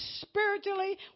spiritually